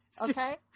okay